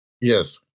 Yes